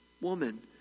Woman